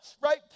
right